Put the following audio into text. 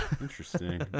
Interesting